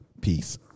Peace